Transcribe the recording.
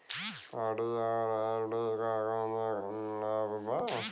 RD और FD क कौन कौन लाभ बा?